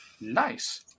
nice